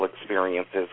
experiences